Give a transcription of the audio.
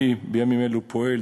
אני בימים אלו פועל,